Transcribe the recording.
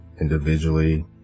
individually